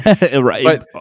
right